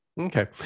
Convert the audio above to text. Okay